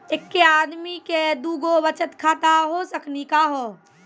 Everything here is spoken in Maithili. एके आदमी के दू गो बचत खाता हो सकनी का हो?